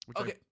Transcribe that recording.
Okay